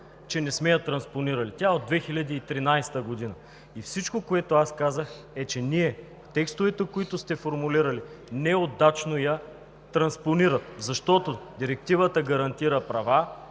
че не сме я транспонирали. Тя е от 2013 г.! И всичко, което аз казах, е, че текстовете, които сте формулирали, неудачно я транспонират, защото Директивата гарантира права